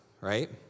right